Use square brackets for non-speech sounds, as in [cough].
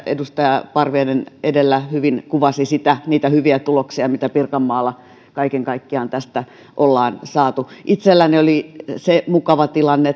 edustaja parviainen edellä hyvin kuvasi niitä hyviä tuloksia mitä pirkanmaalla kaiken kaikkiaan tästä on saatu itselläni oli se mukava tilanne [unintelligible]